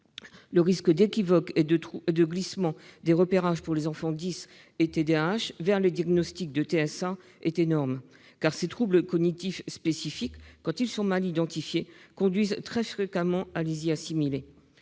Le risque d'équivoque et de glissement des repérages pour les enfants « dys » et TDAH vers des diagnostics de TSA est énorme, car ces troubles cognitifs spécifiques, quand ils sont mal identifiés, conduisent très fréquemment à les y assimiler.